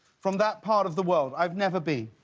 from that part of the world? i've never been.